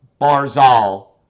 Barzal